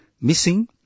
missing